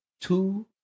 two